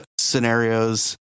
scenarios